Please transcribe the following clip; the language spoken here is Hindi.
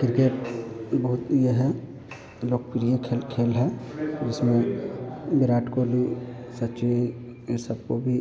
किर्केट बहुत यह है लोकप्रिय खेल खेल है जिसमें विराट कोहली सचिन ये सबको भी